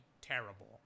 terrible